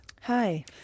Hi